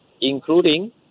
including